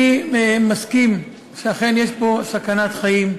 אני מסכים שאכן יש פה סכנת חיים,